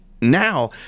now